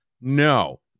No